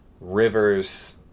rivers